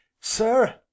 Sir